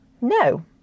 No